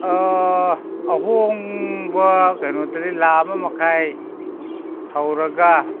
ꯑꯥ ꯑꯍꯣꯡꯕ ꯀꯩꯅꯣꯗꯗꯤ ꯂꯥꯛ ꯑꯃ ꯃꯈꯥꯏ ꯍꯧꯔꯒ